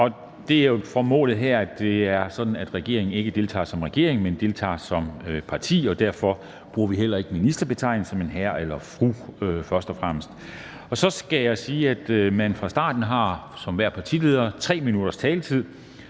Det er sådan, at regeringen ikke deltager som regering, men deltager som parti. Derfor bruger vi heller ikke ministerbetegnelser, men hr. eller fru, først og fremmest. Og så skal jeg sige, at hver partileder fra starten har 3 minutters taletid.